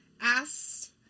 asked